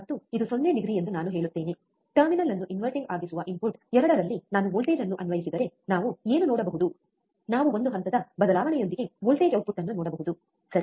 ಮತ್ತು ಇದು 0 ಡಿಗ್ರಿ ಎಂದು ನಾನು ಹೇಳುತ್ತೇನೆ ಟರ್ಮಿನಲ್ ಅನ್ನು ಇನ್ವರ್ಟಿಂಗ್ ಆಗಿಸುವ ಇನ್ಪುಟ್ 2 ನಲ್ಲಿ ನಾನು ವೋಲ್ಟೇಜ್ ಅನ್ನು ಅನ್ವಯಿಸಿದರೆ ನಾವು ಏನು ನೋಡಬಹುದು ನಾವು ಒಂದು ಹಂತದ ಬದಲಾವಣೆಯೊಂದಿಗೆ ವೋಲ್ಟೇಜ್ ಔಟ್ಪುಟ್ಅನ್ನು ನೋಡಬಹುದು ಸರಿ